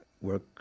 work